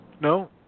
No